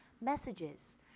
messages